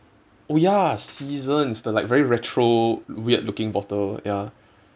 oh ya seasons the like very retro weird looking bottle ya